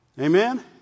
Amen